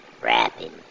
rapping